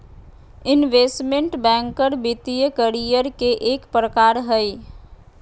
investment banker वित्तीय career के एक प्रकार हय